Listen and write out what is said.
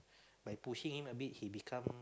by pushing him a bit he become